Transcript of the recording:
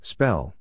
Spell